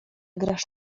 grasz